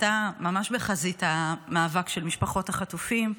הייתה ממש בחזית המאבק של משפחות החטופים,